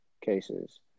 cases